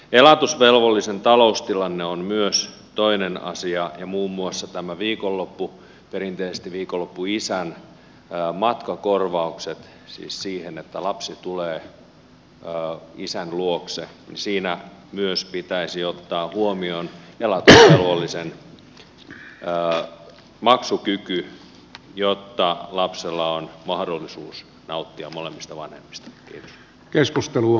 elatusvelvollisen taloustilanne on toinen asia ja muun muassa näissä viikonloppuvanhemman perinteisesti viikonloppuisän matkakorvauksissa siis siitä että lapsi tulee isän luokse myös pitäisi ottaa huomioon elatusvelvollisen maksukyky jotta lapsella on mahdollisuus nauttia molemmista vanhemmista keskustelua